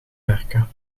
werken